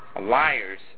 Liars